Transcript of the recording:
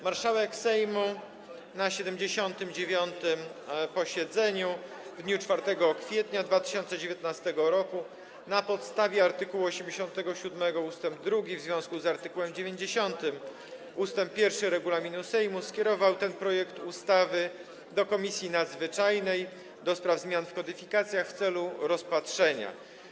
Marszałek Sejmu na 79. posiedzeniu w dniu 4 kwietnia 2019 r., na podstawie art. 87 ust. 2 w związku z art. 90 ust. 1 regulaminu Sejmu, skierował ten projekt ustawy do Komisji Nadzwyczajnej do spraw zmian w kodyfikacjach w celu rozpatrzenia.